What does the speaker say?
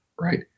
Right